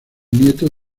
nieto